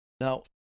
Now